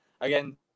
again